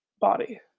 body